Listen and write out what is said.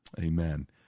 Amen